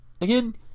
again